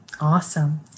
Awesome